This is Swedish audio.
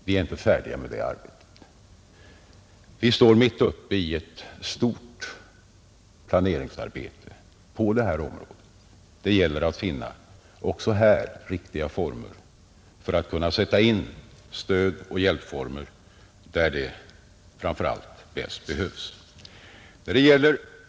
Vi är inte färdiga med den uppgiften, vi står mitt uppe i ett stort planeringsarbete på detta område. Det gäller att också här finna riktiga former för att kunna sätta in stöd och hjälp där det bäst behövs.